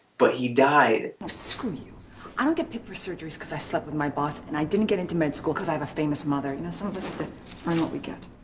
but he died screw you i don't get paid for surgeries because i slept with my boss and i didn't get into med school cuz i have a famous mother, you know some of us but fran what we get.